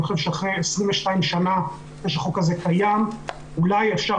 אני חושב שאחרי 22 שנה שהחוק הזה קיים אולי אפשר